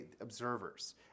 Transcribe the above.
observers